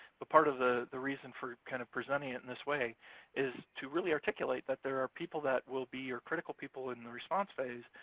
but part of the the reason for kind of presenting it in this way is to really articulate that there are people that will be your critical people in the response phase.